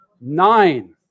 Nine